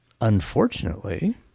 unfortunately